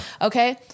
Okay